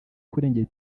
kurengera